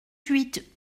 huit